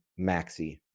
maxi